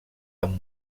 amb